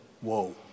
whoa